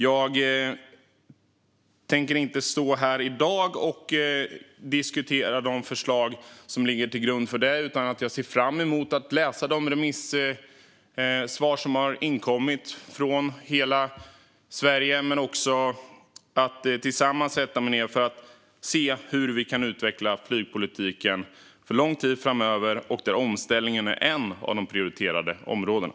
Jag tänker inte stå här i dag och diskutera de förslag som ligger till grund för utredningen, utan jag ser fram emot att läsa de remissvar som har inkommit från hela Sverige. Sedan kan vi tillsammans se på hur vi kan utveckla flygpolitiken för lång tid framöver, där omställningen är ett av de prioriterade områdena.